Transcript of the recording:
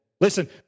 Listen